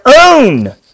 own